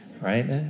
Right